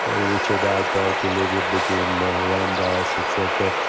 ah richard alpert, who later became ram dass, et cetera.